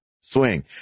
swing